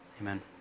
Amen